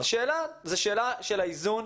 השאלה זה שאלה של האיזון,